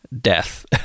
death